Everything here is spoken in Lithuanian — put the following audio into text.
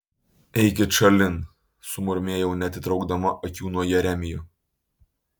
eikit šalin sumurmėjau neatitraukdama akių nuo jeremijo